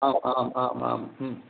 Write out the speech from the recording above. आम् आम् अम् अम्